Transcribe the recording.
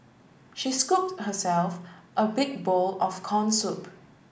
she scooped herself a big bowl of corn soup